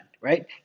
Right